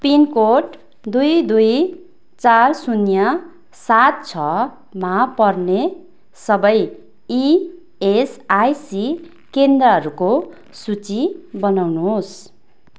pin code दुई दुई चार शून्य सात छमा पर्ने सबै इएसआइसी केन्द्रहरूको सूची बनाउनुहोस्